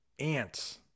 ants